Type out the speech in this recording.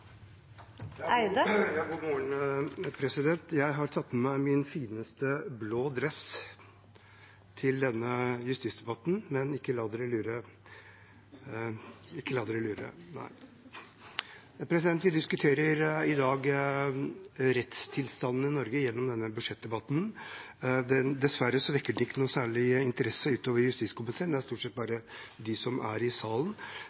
Jeg har tatt på meg min fineste blå dress til denne justisdebatten, men ikke la dere lure. Vi diskuterer i dag rettstilstanden i Norge i denne budsjettdebatten. Dessverre vekker den ikke noen særlig interesse ut over justiskomiteen, det er stort sett bare oss i salen,